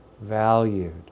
valued